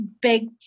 big